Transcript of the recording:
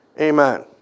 Amen